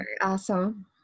Awesome